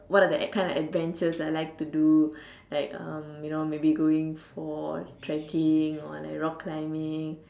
what are the kind of adventures that I like to do like um you know maybe going fort trekking or like rock climbing